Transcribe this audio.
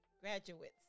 graduates